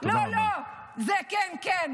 לא, לא זה כן, כן.